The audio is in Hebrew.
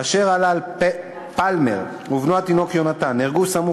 אשר הלל פלמר ובנו התינוק יהונתן נהרגו סמוך